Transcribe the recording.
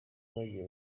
bagiye